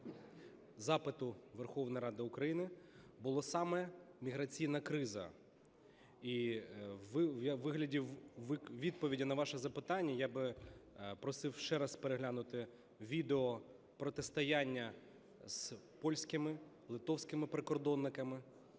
запиту Верховної Ради України була саме міграційна криза. І у вигляді відповіді на ваше запитання я би просив ще раз переглянути відео протистояння з польськими, литовськими прикордонниками,